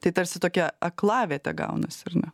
tai tarsi tokia aklavietė gaunasi ar ne